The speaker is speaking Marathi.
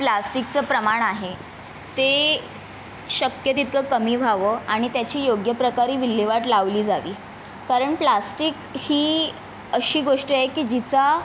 प्लास्टिकचं प्रमाण आहे ते शक्य तितकं कमी व्हावं आणि त्याची योग्यप्रकारे विल्हेवाट लावली जावी कारण प्लास्टिक ही अशी गोष्ट आहे की जिचा